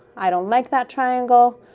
i don't like that triangle.